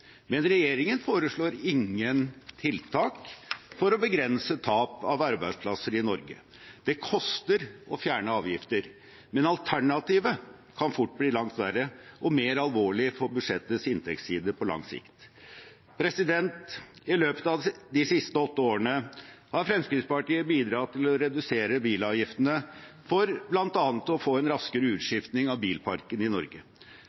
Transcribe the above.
men regjeringen foreslår ingen tiltak for å begrense tap av arbeidsplasser i Norge. Det koster å fjerne avgifter, men alternativet kan fort bli langt verre og mer alvorlig for budsjettets inntektsside på lang sikt. I løpet av de siste åtte årene har Fremskrittspartiet bidratt til å redusere bilavgiftene for bl.a. å få en raskere utskifting av bilparken i Norge.